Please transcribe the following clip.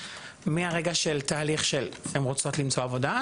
מהרגע של תהליך שהן רוצות למצוא עבודה.